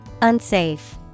Unsafe